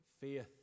faith